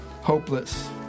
hopeless